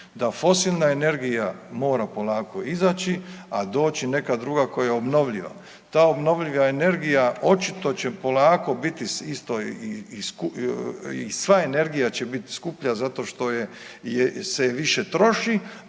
da fosilna energija mora polako izaći, a doći neka druga koja je obnovljiva. Ta obnovljiva energija očito će polako biti isto i, i sva energija će biti skuplja zato što je se i više troši,